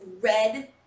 red